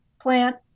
plant